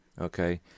Okay